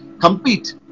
compete